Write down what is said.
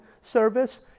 service